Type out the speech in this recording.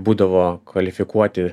būdavo kvalifikuoti